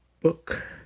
book